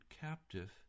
captive